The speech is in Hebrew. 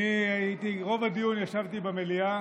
רוב הדיון ישבתי במליאה